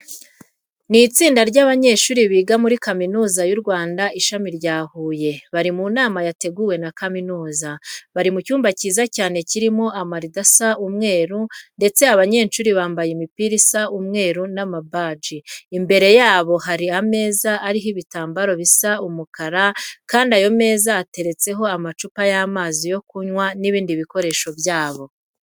Ni itsinda ry'abanyeshuri biga muri Kaminuza y'u Rwanda, Ishami rya Huye, bari mu nama yateguwe na kaminuza. Bari mu cyumba cyiza cyane kirimo amarido asa umweru ndetse abo banyeshuri bambaye imipira isa umweru n'amabaji. Imbere yabo hari ameza ariho ibitambaro bisa umukara kandi ayo meza ateretseho amacupa y'amazi yo kunywa n'ibindi bikoresho byabo.